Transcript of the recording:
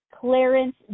Clarence